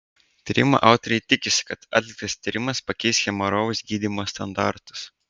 tyrimo autoriai tikisi kad atliktas tyrimas pakeis hemorojaus gydymo standartus